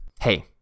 hey